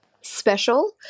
special